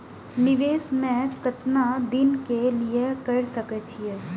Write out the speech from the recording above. निवेश में केतना दिन के लिए कर सके छीय?